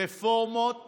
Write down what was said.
רפורמות